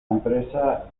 empresa